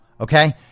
okay